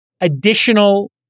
additional